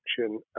action